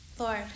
Lord